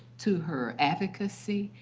to her advocacy.